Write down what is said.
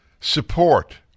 support